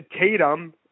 Tatum